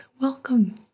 Welcome